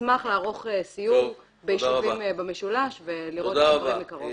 ישמח לערוך סיור ביישובים במשולש ולראות את הדברים מקרוב.